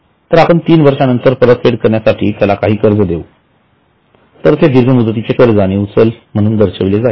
तर आपण 3 वर्षानंतर परतफेड करण्यासाठी त्याला काही कर्ज देऊ तर ते दीर्घ मुदतीचे कर्ज आणि उचल म्हणून दर्शविले जाईल